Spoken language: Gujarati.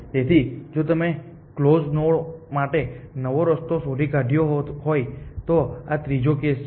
તેથી જો તમે કલોઝ નોડ માટે નવો રસ્તો શોધી કાઢ્યો હોય તો આ ત્રીજો કેસ છે